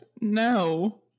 No